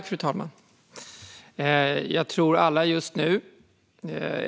Fru talman!